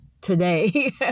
today